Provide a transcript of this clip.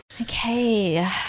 Okay